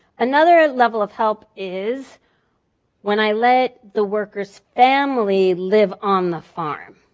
another level of help is when i let the worker's family live on the farm.